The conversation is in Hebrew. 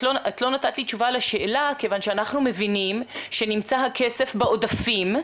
את לא נתת לי תשובה לשאלה כיוון שאנחנו מבינים שנמצא הכסף בעודפים.